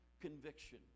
conviction